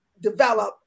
develop